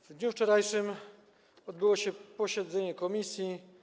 W dniu wczorajszym odbyło się posiedzenie komisji.